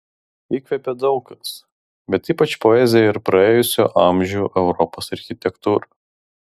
įkvepia daug kas bet ypač poezija ir praėjusių amžių europos architektūra